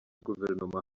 guverinoma